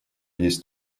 есть